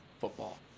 football